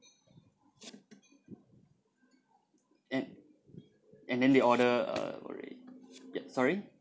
and and then the order uh yup sorry